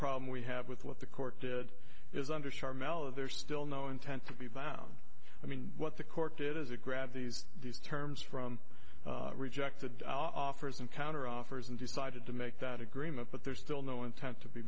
problem we have with what the court did is under sharm el there's still no intent to be found i mean what the court did is it grabbed these these terms from rejected offers and counteroffers and decided to make that agreement but there's still no intent to be